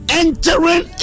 entering